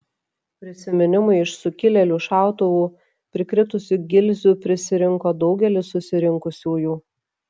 prisiminimui iš sukilėlių šautuvų prikritusių gilzių prisirinko daugelis susirinkusiųjų